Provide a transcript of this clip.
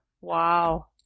wow